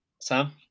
Sam